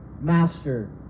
master